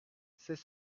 c’est